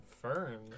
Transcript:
firm